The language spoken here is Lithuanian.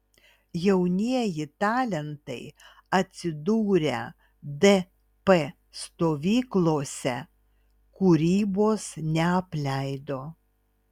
jaunieji talentai atsidūrę dp stovyklose kūrybos neapleido